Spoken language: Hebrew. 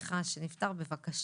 אחיך שנפטר, בבקשה.